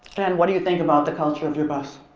and what do you think about the culture of your bus?